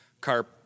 carp